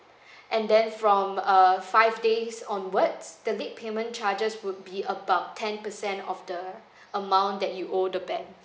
and then from uh five days onwards the late payment charges would be about ten percent of the amount that you owe the bank